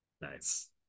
nice